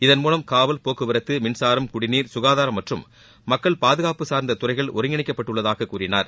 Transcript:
இதன் மூலம் காவல் போக்குவரத்து மின்சாரம் குடிநீர் ககாதாரம் மற்றும் மக்கள் பாதுகாப்பு சார்ந்த துறைகள் ஒருங்கிணைக்கப்பட்டுள்ளதாக கூறினார்